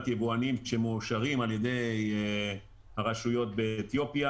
יבואנים שמאושרים על ידי הרשויות באתיופיה.